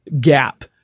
gap